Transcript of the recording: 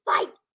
Fight